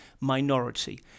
minority